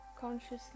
consciously